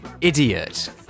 idiot